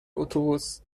اتوبوس